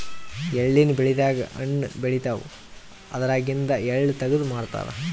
ಎಳ್ಳಿನ್ ಬೆಳಿದಾಗ್ ಹಣ್ಣ್ ಬೆಳಿತಾವ್ ಅದ್ರಾಗಿಂದು ಎಳ್ಳ ತಗದು ಮಾರ್ತಾರ್